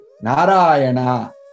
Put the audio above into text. Narayana